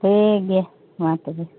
ᱴᱷᱤᱠ ᱜᱮᱭᱟ ᱢᱟᱛᱚᱵᱮ